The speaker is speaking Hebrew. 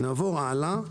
בשקף הבא רואים עוד